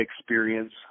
experience